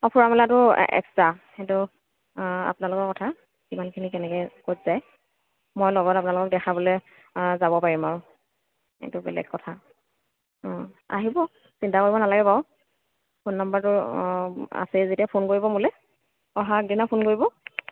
অঁ ফুৰা মেলাতো এক্সট্ৰা সেইটো আপোনালোকৰ কথা কিমানখিনি কেনেকৈ ক'ত যায় মই লগত আপোনালোকক দেখাবলৈ লগত যাব পাৰিম আৰু সেইটো বেলেগ কথা আহিব চিন্তা কৰিব নালাগে বাৰু ফোন নম্বৰটো আছেই যেতিয়া ফোন কৰিব মোলৈ অহা আগদিনা ফোন কৰিব